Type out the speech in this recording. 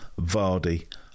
Vardy